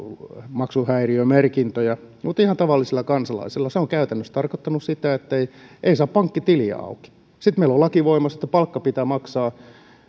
maksuhäiriömerkintöjä ja ihan tavalliselle kansalaiselle se on käytännössä tarkoittanut sitä ettei saa pankkitiliä auki sitten meillä on voimassa laki että palkka pitää maksaa